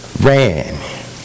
ran